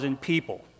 people